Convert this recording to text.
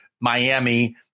Miami